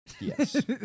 Yes